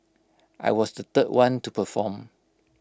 I was the third one to perform